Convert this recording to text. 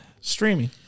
streaming